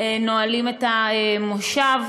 נועלים את המושב.